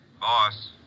Boss